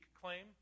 claim